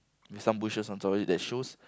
and some bushes on top of it that shows